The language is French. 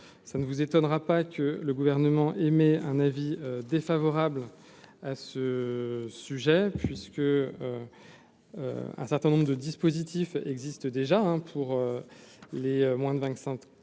ça ne vous étonnera pas que le Gouvernement émet un avis défavorable à ce sujet, puisque un certain nombre de dispositifs existent déjà pour les moins de 25 de